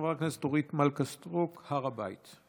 של חברת הכנסת אורית מלכה סטרוק: הר הבית.